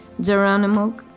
Geronimo